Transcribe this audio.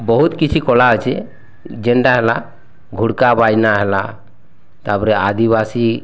ବହୁତ କିଛି କଳା ଅଛି ଯେନ୍ତା ହେଲା ଘୁଡ଼୍କା ବାଇନା ହେଲା ତା'ପରେ ଆଦିବାସୀ